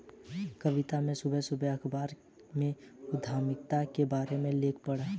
कविता ने सुबह सुबह अखबार में उधमिता के बारे में लेख पढ़ा